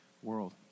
world